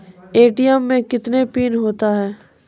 ATM मे कितने PIN होता हैं?